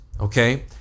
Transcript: okay